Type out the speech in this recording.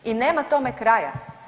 I nema tome kraja.